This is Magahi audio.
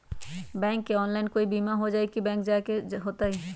बैंक से ऑनलाइन कोई बिमा हो जाई कि बैंक जाए के होई त?